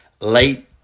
Late